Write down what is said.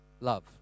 love